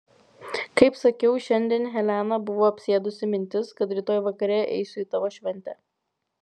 kaip sakiau šiandien heleną buvo apsėdusi mintis kad rytoj vakare eisiu į tavo šventę